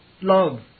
love